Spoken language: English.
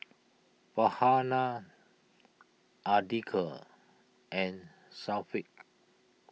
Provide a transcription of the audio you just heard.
Farhanah andika and Syafiq